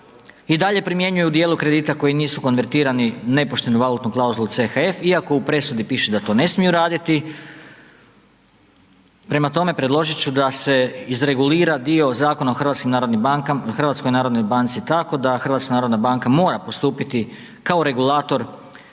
I dalje primjenjuju u dijelu kredita koji nisu konventirani nepoštenu valutnu klauzulu CHF iako u presudi piše da to ne smiju raditi. Prema tome, predložit ću da se izregulira dio Zakona o HNB-u tako da HNB mora postupiti kao regulator,